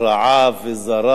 רעה וזרה.